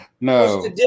no